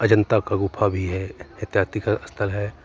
अजंता का गुफ़ा भी है ऐतिहासिक स्थल है